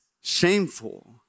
shameful